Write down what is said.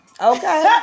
Okay